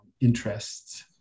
interests